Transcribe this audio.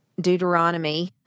Deuteronomy